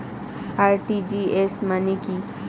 RTGS মানে কি?